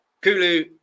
Kulu